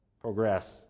progress